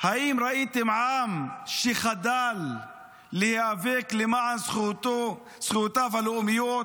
האם ראיתם עם שחדל להיאבק למען זכויותיו הלאומיות?